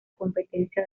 competencia